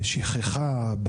בשכחה,